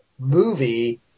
movie